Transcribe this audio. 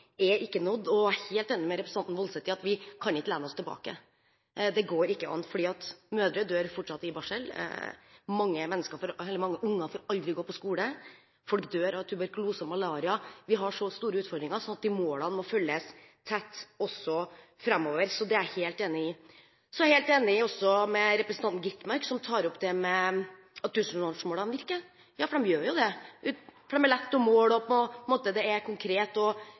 ikke kan lene oss tilbake – det går ikke an. Mødre dør fortsatt i barsel, mange unger får aldri gå på skole og folk dør av tuberkulose og malaria. Vi har så store utfordringer at de målene må følges tett også framover – det er jeg helt enig i. Jeg er også helt enig med representanten Skovholt Gitmark som tar opp det at tusenårsmålene virker. Ja, de gjør jo det. De er lette å måle, de er konkrete, de virker og vi ser jo resultater. Men samtidig er jeg enig med representanten Eriksen Søreide som sa her i stad, at selv om målene på en måte